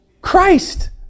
Christ